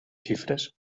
xifres